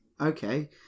Okay